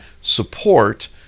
support